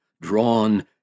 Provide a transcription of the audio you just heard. drawn